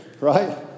Right